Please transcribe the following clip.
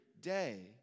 day